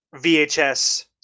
VHS